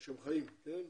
שהם חיים, כן?